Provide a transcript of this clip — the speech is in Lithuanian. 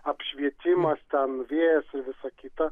apšvietimas ten vėjas ir visa kita